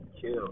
kill